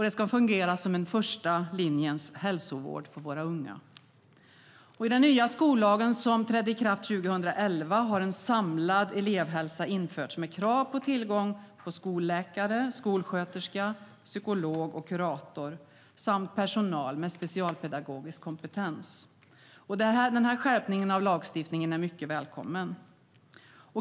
Den ska fungera som första linjens hälsovård för våra unga. I den nya skollagen som trädde i kraft 2011 har krav på en samlad elevhälsa införts med tillgång till skolläkare, skolsköterska, psykolog och kurator samt personal med specialpedagogisk kompetens. Denna skärpning av lagstiftningen är mycket välkommen.